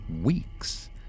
weeks